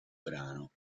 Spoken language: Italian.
brano